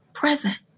present